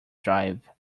drive